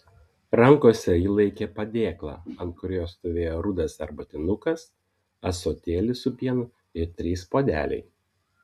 rankose ji laikė padėklą ant kurio stovėjo rudas arbatinukas ąsotėlis su pienu ir trys puodeliai